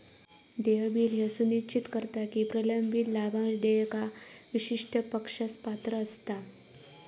देय बिल ह्या सुनिश्चित करता की प्रलंबित लाभांश देयका विशिष्ट पक्षास पात्र असता